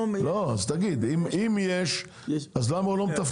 אם יש, למה הוא לא מתפקד?